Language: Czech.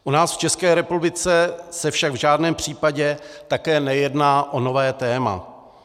U nás v České republice se však v žádném případě také nejedná o nové téma.